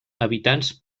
habitants